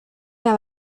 era